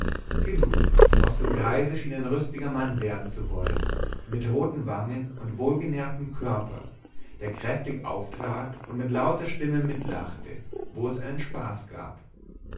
genug aus dem greise schien ein rüstiger mann werden zu wollen mit roten wangen und wohlgenährtem körper der kräftig auftrat und mit lauter stimme mitlachte wo es einen spaß gab